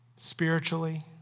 spiritually